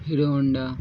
Hero Honda